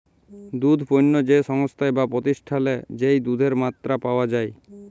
দুধ পণ্য যে সংস্থায় বা প্রতিষ্ঠালে যেই দুধের মাত্রা পাওয়া যাই